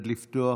ירושלים,